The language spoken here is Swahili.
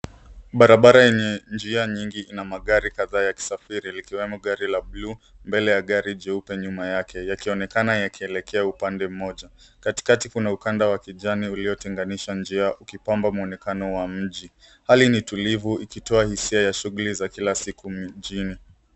Barabara enye njia nyingi ina magari kadhaa yakisafiri ikiwemo gari la buluu mbele ya gari jeupe nyuma yake yakionekana yakielekea upande moja. Katikati kuna ukanda wa kijani uliotenganisha njia ukipamba mwonekano wa mji. Hali ni tulivu ikitoa hisia ya shuguli za kila siku mjini.